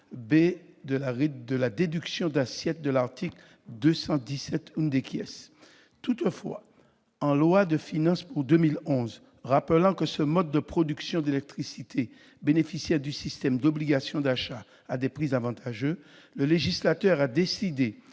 et de la déduction d'assiette prévue à l'article 217 . Toutefois, en loi de finances pour 2011, au motif que ce mode de production d'électricité bénéficiait du système d'obligation d'achat à des prix avantageux, le législateur a décidé